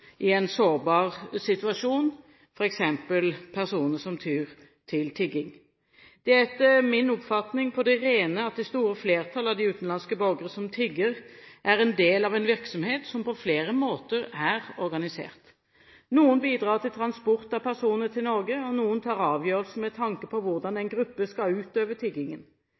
i en sårbar situasjon, f.eks. personer som tyr til tigging. Det er etter min oppfatning på det rene at det store flertall av de utenlandske borgere som tigger, er en del av en virksomhet som på flere måter er organisert. Noen bidrar til transport av personer til Norge, og noen tar avgjørelser med tanke på hvordan en gruppe skal utøve tiggingen.